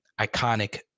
iconic